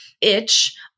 itch